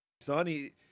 Sonny